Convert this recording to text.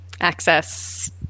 access